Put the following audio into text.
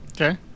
Okay